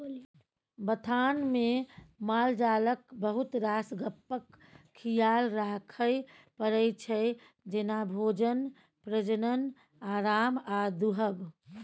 बथानमे मालजालक बहुत रास गप्पक खियाल राखय परै छै जेना भोजन, प्रजनन, आराम आ दुहब